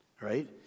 right